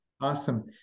Awesome